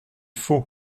faux